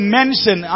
mention